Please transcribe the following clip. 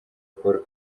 paul